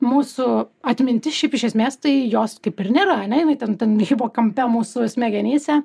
mūsų atmintis šiaip iš esmės tai jos kaip ir nėra ane jinai ten ten hipokampe mūsų smegenyse